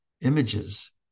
Images